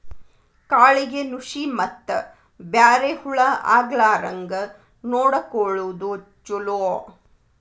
ಕಾಳಿಗೆ ನುಶಿ ಮತ್ತ ಬ್ಯಾರೆ ಹುಳಾ ಆಗ್ಲಾರಂಗ ನೊಡಕೊಳುದು ಚುಲೊ